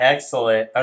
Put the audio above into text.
Excellent